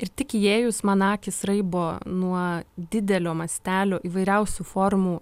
ir tik įėjus man akys raibo nuo didelio mastelio įvairiausių formų